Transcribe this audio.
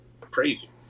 Crazy